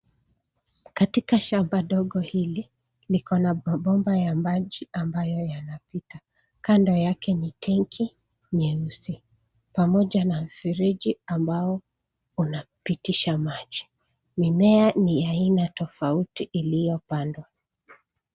Katika shamba ndogo hili, nikona mabomba ya maji ambayo yanapita, kando yake ni tenki nyeusi, pamoja na mfereji, ambao unapitisha maji, mimea ni aina tofauti iliopandwa.